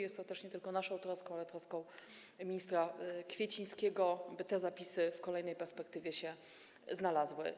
Jest to nie tylko naszą troską, ale też troską ministra Kwiecińskiego, by te zapisy w kolejnej perspektywie się znalazły.